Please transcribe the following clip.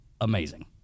amazing